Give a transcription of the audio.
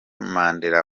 mandela